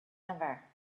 ever